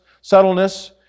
subtleness